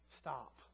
stop